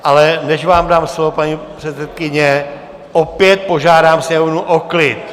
Ale než vám dám slovo, paní předsedkyně, opět požádám sněmovnu o klid.